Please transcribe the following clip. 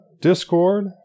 Discord